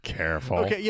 Careful